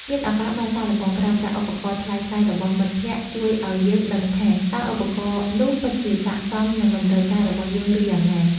មានឱកាសបានសាកល្បងប្រើប្រាស់ឧបករណ៍ថ្លៃៗរបស់មិត្តភក្តិជួយឱ្យយើងដឹងថា តើឧបករណ៍នោះពិតជាស័ក្តិសមនឹងតម្រូវការរបស់យើង ឬ យ៉ាងណា។